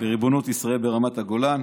בריבונות ישראל ברמת הגולן,